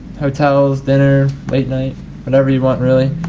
hotels, dinner, late night whatever you want really.